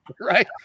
Right